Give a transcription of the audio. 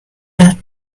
that